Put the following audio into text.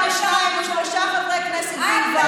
בגלל אחד או שניים או שלושה חברי כנסת בלבד,